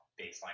baseline